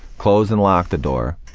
closed and locked the door.